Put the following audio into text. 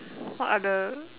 what are the